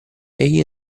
egli